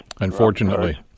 Unfortunately